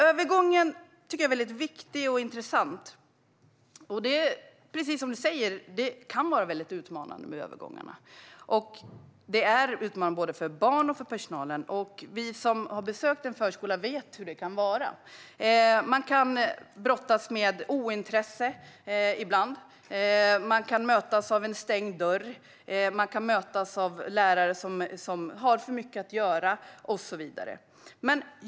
Övergången tycker jag är viktig och intressant. Precis som Maria Stockhaus sa kan det vara utmanande med övergångar för både barnen och personalen. Vi som har besökt en förskola vet hur det kan vara. Man kan brottas med ointresse ibland, man kan mötas av en stängd dörr eller av lärare som har för mycket att göra och så vidare.